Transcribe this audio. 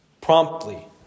promptly